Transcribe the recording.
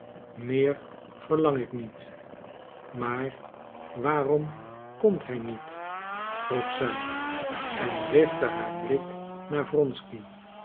meer verlang ik niet maar waarom komt hij niet vroeg zij en richtte haar blik naar wronsky